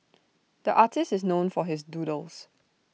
the artist is known for his doodles